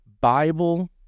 Bible